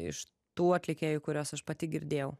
iš tų atlikėjų kuriuos aš pati girdėjau